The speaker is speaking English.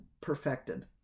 perfected